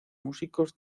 músicos